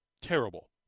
terrible